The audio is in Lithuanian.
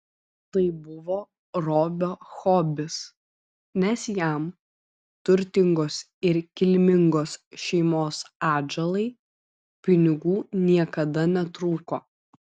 tai buvo robio hobis nes jam turtingos ir kilmingos šeimos atžalai pinigų niekada netrūko